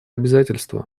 обязательства